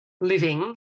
living